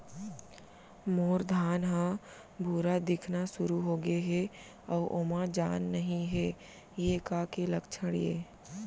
मोर धान ह भूरा दिखना शुरू होगे हे अऊ ओमा जान नही हे ये का के लक्षण ये?